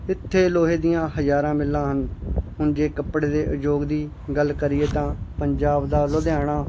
ਇੱਥੇ ਲੋਹੇ ਦੀਆਂ ਹਜ਼ਾਰਾਂ ਮਿੱਲਾਂ ਹਨ ਹੁਨ ਜੇ ਕੱਪੜੇ ਦੇ ਉਦਯੋਗ ਦੀ ਗੱਲ ਕਰੀਏ ਤਾਂ ਪੰਜਾਬ ਦਾ ਲੁਧਿਆਣਾ